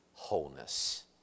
wholeness